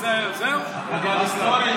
אז היסטורית,